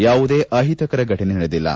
ಯಾವುದೇ ಅಹಿತಕರ ಫಟನೆ ನಡೆದಿಲ್ಲ